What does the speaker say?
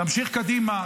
נמשיך קדימה.